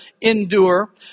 endure